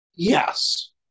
Yes